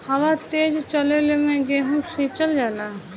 हवा तेज चलले मै गेहू सिचल जाला?